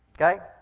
okay